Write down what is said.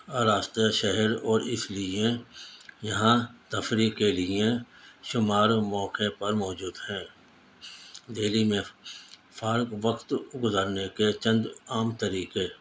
آراستہ شہر اور اس لیے یہاں تفریح کے لیے شمار موقع پر موجود ہیں دہلی میں فارغ وقت گزارنے کے چند عام طریقے